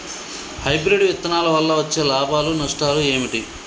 Hybrid విత్తనాల వల్ల వచ్చే లాభాలు నష్టాలు ఏమిటి?